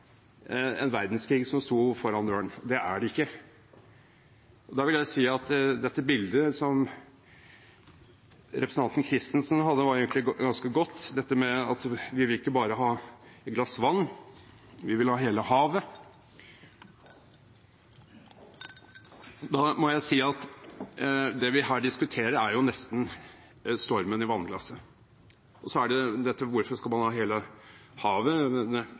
en verdenskrig som sto for døren. Det er det ikke. Jeg vil si at det bildet som representanten Christensen hadde, egentlig var ganske godt: Vi vil ikke bare ha et glass vann – vi vil ha hele havet. Da må jeg si at det vi her diskuterer, er nesten stormen i vannglasset. Og hvorfor skal man ha hele havet?